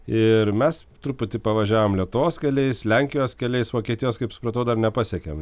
ir mes truputį pavažiavom lietuvos keliais lenkijos keliais vokietijos kaip supratau dar nepasiekėm